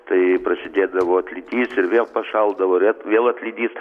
tai prasidėdavo atlydys ir vėl pašaldavo vėl atlydys